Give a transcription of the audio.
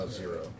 zero